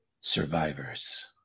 Survivors